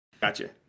Gotcha